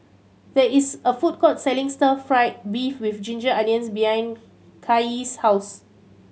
there is a food court selling Stir Fry beef with ginger onions behind Kaye's house